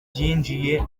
byinjiye